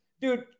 Dude